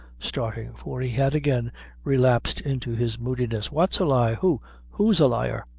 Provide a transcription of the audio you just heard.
starting, for he had again relapsed into his moodiness. what's a lie who who's a liar?